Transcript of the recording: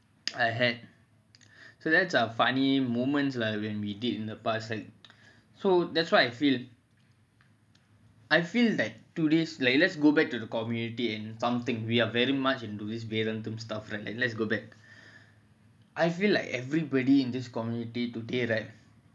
I had so that's a funny moments lah that we did in the past like so that's what I feel so like I feel that through this let's go back into to the community something we are very much jaded this let's go back I feel like everyone in this community today right